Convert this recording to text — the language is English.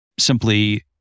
Simply